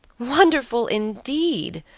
wonderful indeed!